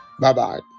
Bye-bye